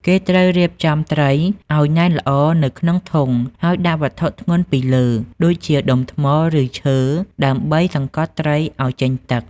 គេត្រូវរៀបត្រីឱ្យណែនល្អនៅក្នុងធុង ហើយដាក់វត្ថុធ្ងន់ពីលើ ដូចជា ដុំថ្ម ឬឈើ ដើម្បីសង្កត់ត្រីឱ្យចេញទឹក។